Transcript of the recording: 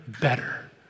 better